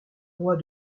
roi